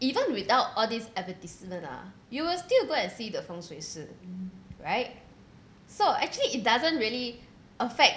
even without all these advertisements ah you will still go and see the feng shui sir right so actually it doesn't really affect